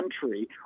country